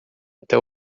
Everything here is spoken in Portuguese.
até